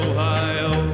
Ohio